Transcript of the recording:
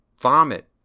vomit